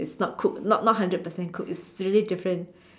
it's not cooked not not hundred percent cooked it's really different